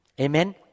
Amen